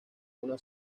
una